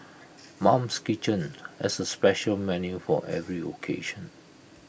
mum's kitchen has A special menu for every occasion